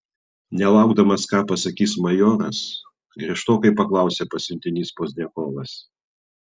nelaukdamas ką pasakys majoras griežtokai paklausė pasiuntinys pozdniakovas